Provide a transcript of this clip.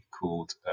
called